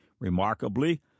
Remarkably